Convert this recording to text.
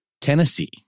Tennessee